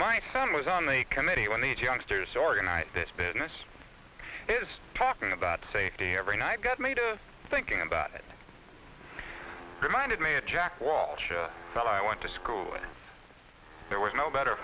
my son was on the committee when these youngsters organized this business is talking about safety every night got me to thinking about it reminded me of jack walsh a fellow i went to school with there was no better